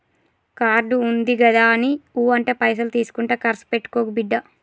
card ఉందిగదాని ఊ అంటే పైసలు తీసుకుంట కర్సు పెట్టుకోకు బిడ్డా